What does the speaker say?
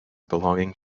belonging